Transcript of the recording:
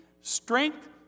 strength